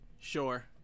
Sure